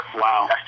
Wow